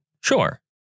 Sure